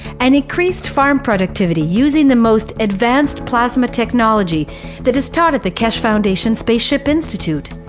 and increased farm productivity, using the most advanced plasma technology that is taught at the keshe foundation spaceship institute.